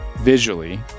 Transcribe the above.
visually